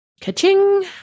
ka-ching